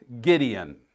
Gideon